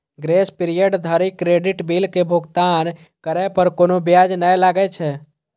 grace period धरि credit bill के भुगतान करै पर कोनो ब्याज नै लागै छै